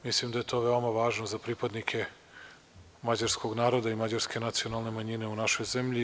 Mislim da je to veoma važno za pripadnike mađarskog naroda i mađarske nacionalne manjine u našoj zemlji.